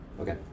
Okay